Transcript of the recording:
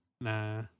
Nah